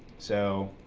so